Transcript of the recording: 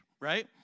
right